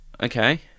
okay